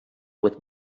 with